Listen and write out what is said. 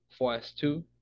4s2